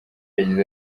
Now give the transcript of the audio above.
yagize